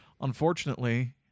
Unfortunately